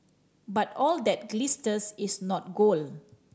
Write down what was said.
but all that glisters is not gold